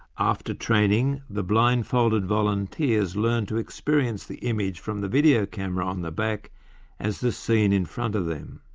after training, the blindfolded volunteers learn to experience the image from the video camera on the back as the scene in front of them.